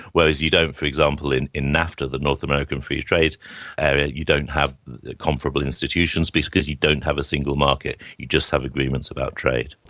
whereas you don't for example in in nafta, the north american free trade area, you don't have comparable institutions because because you don't have a single market, you just have agreements about trade.